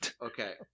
Okay